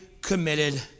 committed